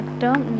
term